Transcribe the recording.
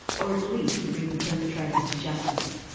or at least to bring the perpetrators to justice.